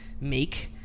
make